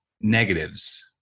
negatives